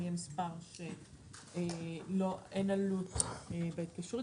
אין עלות בהתקשרות.